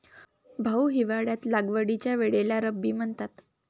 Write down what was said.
भाऊ, हिवाळ्यात लागवडीच्या वेळेला रब्बी म्हणतात